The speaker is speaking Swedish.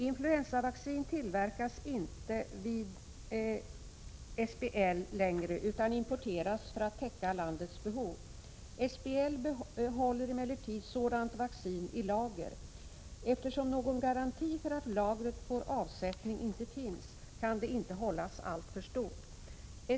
Influensavaccin tillverkas inte längre vid SBL utan importeras för att täcka landets behov. SBL håller emellertid sådant vaccin i lager. Eftersom någon garanti för att lagret får avsättning inte finns, kan det inte hållas alltför stort.